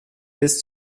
bis